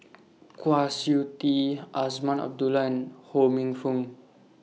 Kwa Siew Tee Azman Abdullah Ho Minfong